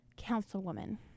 Councilwoman